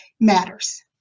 matters